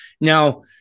Now